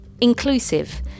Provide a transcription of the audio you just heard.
inclusive